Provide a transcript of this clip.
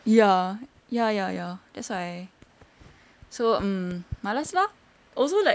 ya ya ya ya that's why so um malas lah also like